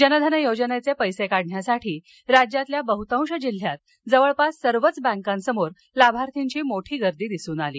जनधन योजनेचे पैसे काढण्यासाठी राज्यातील बहतांश जिल्ह्यात जवळपास सर्वच बँकांसमोर लाभार्थ्यांची मोठी गर्दी दिसून आली